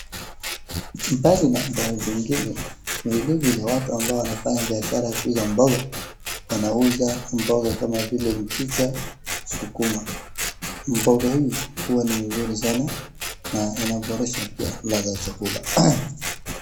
Mbali na mboga zingine, vilevile watu ambao wanafanya biashara ya kuuza mboga wanauza mboga kama vile mchicha na sukuma. Mboga hii huwa ni mzuri sana na inaboresha pia ladha ya chakula.